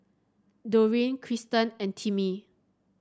Doreen Krysten and Timmie